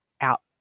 out